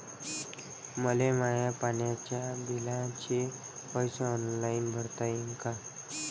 मले माया पाण्याच्या बिलाचे पैसे ऑनलाईन भरता येईन का?